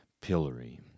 pillory